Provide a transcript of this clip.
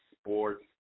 Sports